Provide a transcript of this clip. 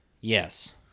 yes